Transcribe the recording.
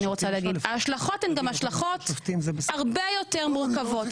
ההשלכות הן גם השלכות הרבה יותר מורכבות.